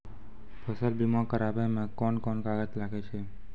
फसल बीमा कराबै मे कौन कोन कागज लागै छै?